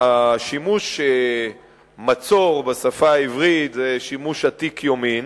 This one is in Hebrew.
השימוש ב"מצור" בשפה העברית זה שימוש עתיק יומין,